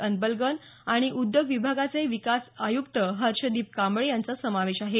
अन्बलगन आणि उद्योग विभागाचे विकास आय़ुक्त हर्षदीप कांबळे यांचा समावेश आहे